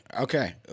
okay